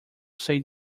say